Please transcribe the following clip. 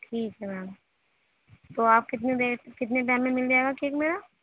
ٹھیک ہے میم تو آپ کتنی دیر کتنے ٹائم میں مل جائے گا کیک میرا